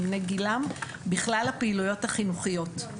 עם בני גילם בכלל הפעילויות החינוכיות.